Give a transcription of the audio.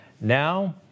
Now